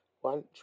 One